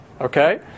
okay